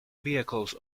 vehicles